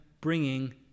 bringing